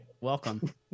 welcome